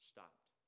Stopped